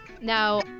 Now